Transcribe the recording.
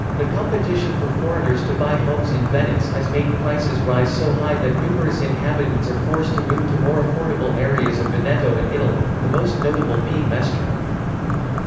the competition for foreigners to buy homes in venice has made prices rise so high that numerous inhabitants are forced to move to more affordable areas of veneto and italy, the most notable being mestre.